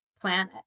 planet